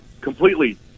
completely